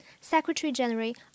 Secretary-General